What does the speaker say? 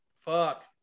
Fuck